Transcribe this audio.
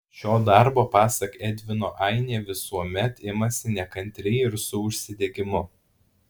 šio darbo pasak edvino ainė visuomet imasi nekantriai ir su užsidegimu